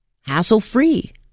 hassle-free